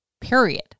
Period